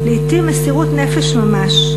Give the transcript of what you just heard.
לעתים מסירות נפש ממש,